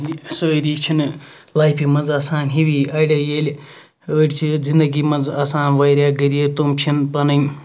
سٲری چھِنہٕ لایفہِ مَنٛز آسان ہِوی أڑۍ ییٚلہِ أڑۍ چھِ زِندَگی مَنٛز آسان واریاہ غریب تِم چھِنہٕ پَنٕنۍ